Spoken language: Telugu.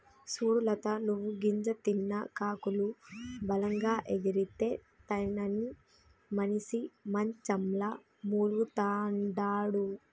సూడు లత నువ్వు గింజ తిన్న కాకులు బలంగా ఎగిరితే తినని మనిసి మంచంల మూల్గతండాడు